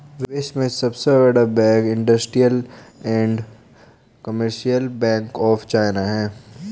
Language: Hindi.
विश्व का सबसे बड़ा bank industrial and commercial bank of China है